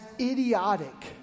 idiotic